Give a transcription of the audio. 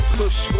push